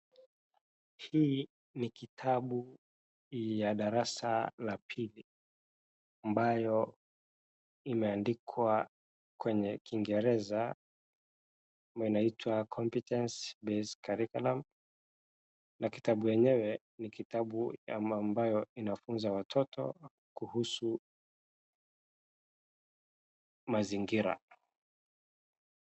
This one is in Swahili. Hii ni kitabu ya darsa la pili ambayo imeandikwa kwenye na inaitwa Competence Based Curriculum na kitabu yenyewe ni kitabu ama ambayo inafunza watoto kuhusu mazingira.